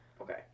Okay